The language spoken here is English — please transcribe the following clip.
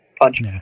punch